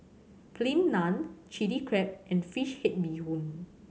Plain Naan Chilli Crab and fish head bee hoon